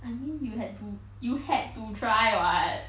I mean you had to you had to try [what]